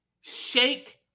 shake